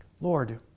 Lord